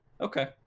Okay